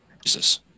Jesus